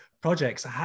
projects